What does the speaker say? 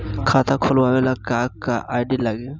खाता खोलाबे ला का का आइडी लागी?